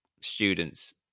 students